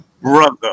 brother